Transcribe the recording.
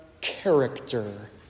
character